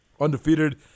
undefeated